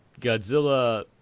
Godzilla